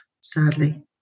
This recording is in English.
sadly